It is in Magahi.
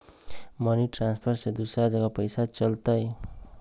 मनी ट्रांसफर से दूसरा जगह पईसा चलतई?